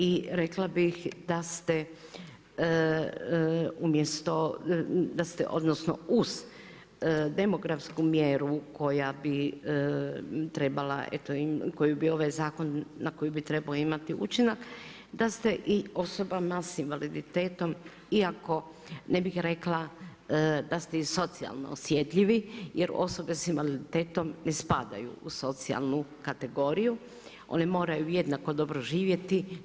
I rekla bih da ste umjesto, da ste odnosno uz demografsku mjeru koja bi trebala eto, koju bi ovaj zakon, na koju bi trebao imati učinak da ste i osobama sa invaliditetom, iako ne bih rekla da ste i socijalno osjetljivi jer osobe sa invaliditetom ne spadaju u socijalnu kategoriju, one moraju jednako dobro živjeti.